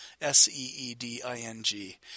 S-E-E-D-I-N-G